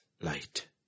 light